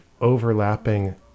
overlapping